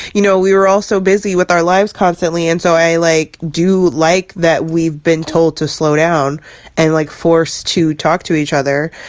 you know, we were all so busy with our lives constantly. and so i like do like that we've been told to slow down and like forced to talk to each other.